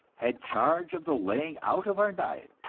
had charge of the laying out of our diet,